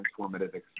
transformative